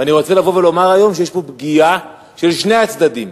ואני רוצה לבוא ולומר היום שיש פה פגיעה של שני הצדדים,